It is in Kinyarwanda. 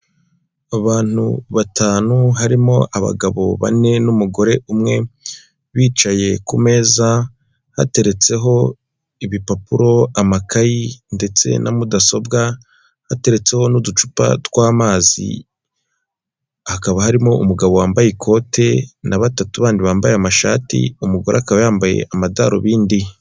Abantu batanu harimo abagabo bane n'umugore umwe, bicaye ku meza hateretseho ibipapuro amakayi ndetse na mudasobwa, hateretseho n'uducupa tw'amazi hakaba harimo umugabo wambaye ikote na batatu bandi bambaye amashati umugore akaba yambaye amadarubindi.